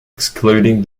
excluding